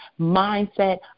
mindset